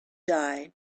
die